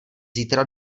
zítra